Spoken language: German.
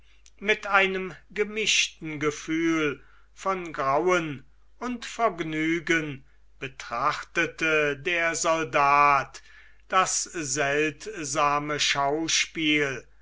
mit einem gemischten gefühl von grauen und vergnügen betrachtete der soldat das seltsame schauspiel